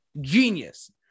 Genius